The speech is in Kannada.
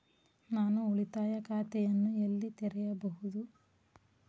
ನಾನು ಉಳಿತಾಯ ಖಾತೆಯನ್ನು ಎಲ್ಲಿ ತೆರೆಯಬಹುದು?